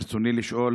ברצוני לשאול: